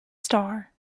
star